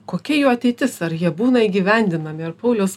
kokia jų ateitis ar jie būna įgyvendinami ar pauliaus